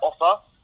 offer